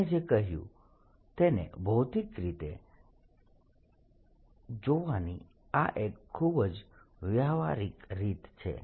મેં જે કહ્યું તેને ભૌતિક રીતે જોવાની આ એક ખૂબ જ વ્યવહારીક રીત છે